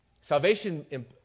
Salvation